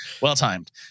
well-timed